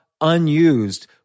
unused